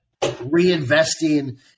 reinvesting